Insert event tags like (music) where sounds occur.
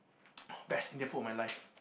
(noise) best Indian food of my life